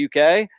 UK